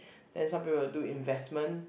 then some people will do investment